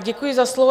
Děkuji za slovo.